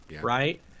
Right